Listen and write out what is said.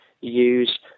use